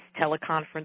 teleconference